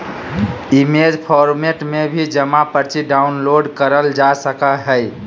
image format में भी जमा पर्ची डाउनलोड करल जा सकय हय